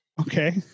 Okay